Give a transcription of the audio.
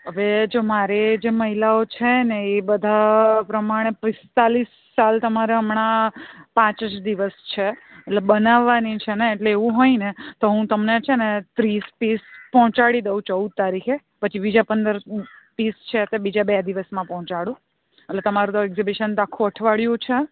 હવે જો મારે જે મહિલાઓ છે ને એ બધા પ્રમાણે પિસ્તાળીસ સાલ તો મારે હમણાં પાંચ જ દિવસ છે એટલે બનાવવાની છે ને એટલે એવું હોય ને તો હું તમને છે ને ત્રીસ પીસ પહોંચાડી દઉં ચૌદ તારીખે પછી બીજા પંદર પીસ છે તે બીજા બે દિવસમાં પહોંચાડું એટલે તમારું તો એક્ઝિબિશન તો આખું અઠવાડિયું છે